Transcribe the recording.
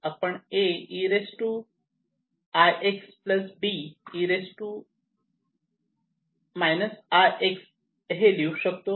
आपण A e ikx B e ikx हे लिहू शकलो असतो